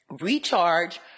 recharge